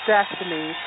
Destiny